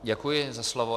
Děkuji za slovo.